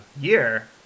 year